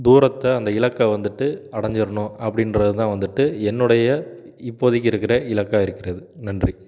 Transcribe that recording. தூரத்தை அந்த இலக்க வந்துவிட்டு அடைஞ்சர்ணும் அப்படின்றது தான் வந்துவிட்டு என்னுடைய இ இப்போதிக்கு இருக்கிற இலக்காக இருக்கிறது நன்றி